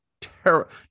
terrible